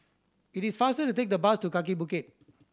it is faster to take the bus to Kaki Bukit